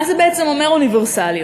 מה זה בעצם אומר, אוניברסליות?